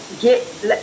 get